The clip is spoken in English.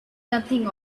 nothing